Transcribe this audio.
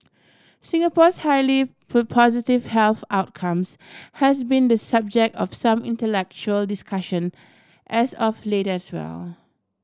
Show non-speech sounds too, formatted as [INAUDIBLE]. Singapore's highly [UNINTELLIGIBLE] positive health outcomes has been the subject of some intellectual discussion as of late as well